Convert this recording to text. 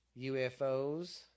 UFOs